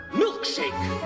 milkshake